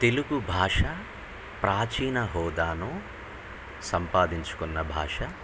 తెలుగు భాష ప్రాచీన హోదానో సంపాదించుకున్న భాష